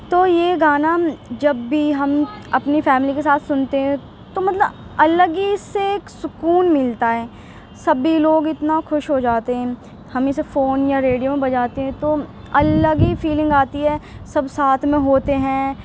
تو یہ گانا جب بھی ہم اپنی فیملی کے ساتھ سنتے ہیں تو مطلب الگ ہی سے ایک سکون ملتا ہے سبھی لوگ اتنا خوش ہو جاتے ہیں ہم اسے فون یا ریڈیو میں بجاتے ہیں تو الگ ہی فیلنگ آتی ہے سب ساتھ میں ہوتے ہیں